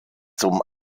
zum